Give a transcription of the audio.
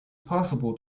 possible